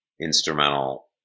instrumental